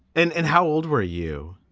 and and how old were you?